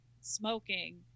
smoking